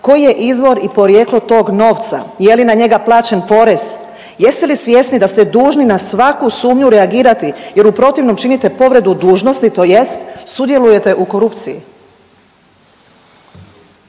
Koji je izvor i porijeklo tog novca? Je li na njega plaćen porez? Jeste li svjesni da ste dužni na svaku sumnju reagirati jer u protivnom činite povredu dužnosti tj. sudjelujete u korupciji?